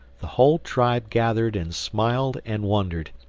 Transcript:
the whole tribe gathered and smiled and wondered.